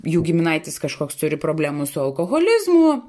jų giminaitis kažkoks turi problemų su alkoholizmu